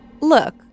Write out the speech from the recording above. Look